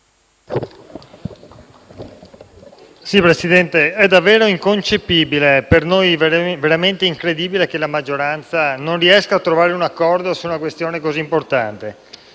Presidente, è davvero inconcepibile, e per noi veramente incredibile, che la maggioranza non riesca a trovare un accordo su una questione così importante.